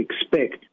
expect